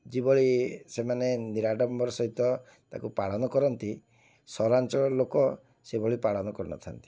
ଯେଭଳି ସେମାନେ ନିରାଡ଼ମ୍ବର ସହିତ ତାକୁ ପାଳନ କରନ୍ତି ସହରାଞ୍ଚଳର ଲୋକ ସେଭଳି ପାଳନ କରିନଥାନ୍ତି